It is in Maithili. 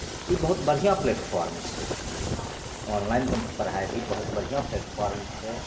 तऽ ई बहुत बढ़िआँ प्लेटफॉर्म छै ऑनलाइनके पढ़ाइ भी बहुत बढ़िआँ प्लेटफॉर्म छै